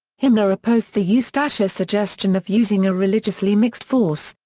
himmler opposed the ustasha suggestion of using a religiously mixed force,